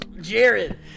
Jared